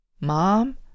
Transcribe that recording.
Mom